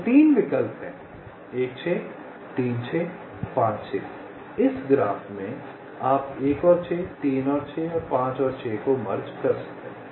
तो 3 विकल्प हैं 1 6 3 6 5 6 इस ग्राफ में आप 1 और 6 3 और 6 या 5 और 6 को मर्ज कर सकते हैं